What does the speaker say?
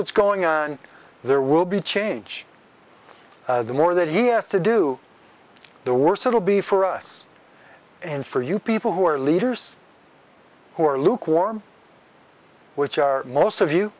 what's going on there will be change the more that he has to do the worse it'll be for us and for you people who are leaders who are lukewarm which are most of you